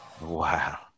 Wow